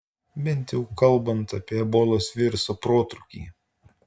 bent jau kalbant apie ebolos viruso protrūkį